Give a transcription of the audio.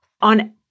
on